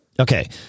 Okay